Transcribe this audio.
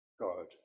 God